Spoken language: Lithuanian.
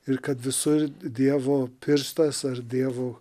ir kad visur dievo pirštas ar dievo